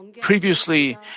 Previously